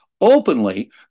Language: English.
openly